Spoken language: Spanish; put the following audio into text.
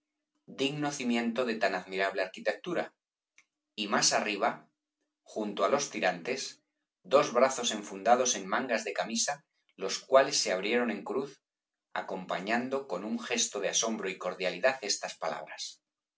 digno cimiento de tan admirable arquitectura y más arriba junto á los tirantes dos brazos enfundados en mangas de camisa los cuales se abrieron en cruz acompañando con un gesto de asombro y cordialidad estas palabras